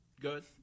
good